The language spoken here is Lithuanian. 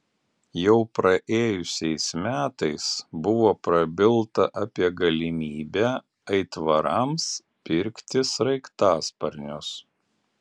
jau praėjusiais metais buvo prabilta apie galimybę aitvarams pirkti sraigtasparnius